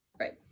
Right